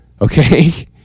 okay